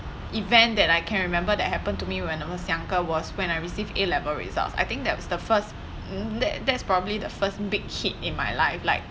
event that I can remember that happened to me when I was younger was when I received A level results I think that was the first that that's probably the first big hit in my life like